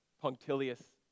punctilious